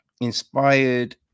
Inspired